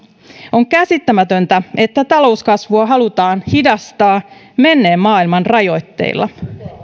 on käsittämätöntä että talouskasvua halutaan hidastaa menneen maailman rajoitteilla